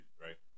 right